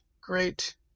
great